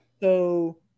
So-